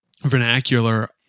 vernacular